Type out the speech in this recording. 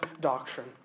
doctrine